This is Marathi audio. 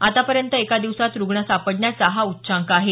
आतापर्यंत एका दिवसात रुग्ण सापडण्याचा हा उच्चांक आहे